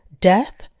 death